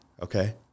Okay